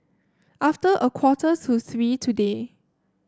after a quarter to three today